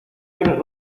tienes